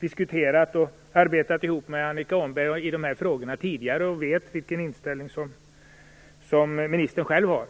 diskuterat och jobbat ihop med Annika Åhnberg i de här frågorna tidigare och vet vilken inställning som ministern själv har.